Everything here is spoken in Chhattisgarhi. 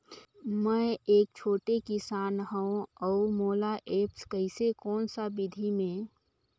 मै एक छोटे किसान हव अउ मोला एप्प कइसे कोन सा विधी मे?